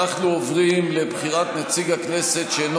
אנחנו עוברים לבחירת נציג הכנסת שאינו